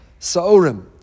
saorim